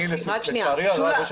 לצערי הרב יש